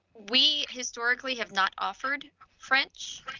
we historically have not offered french